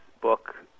book